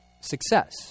Success